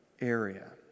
area